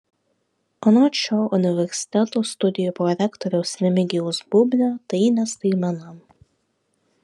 anot šio universiteto studijų prorektoriaus remigijaus bubnio tai ne staigmena